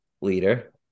leader